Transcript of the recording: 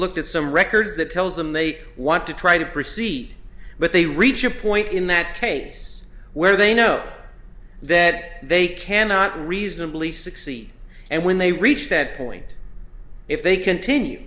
looked at some records that tells them they want to try to proceed but they reach a point in that case where they know that they cannot reasonably succeed and when they reach that point if they continue